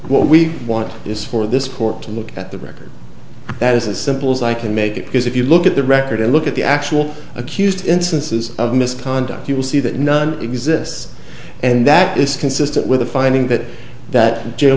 what we want is for this court to look at the record that is as simple as i can make it because if you look at the record and look at the actual accused instances of misconduct you will see that none exists and that is consistent with a finding that that